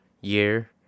year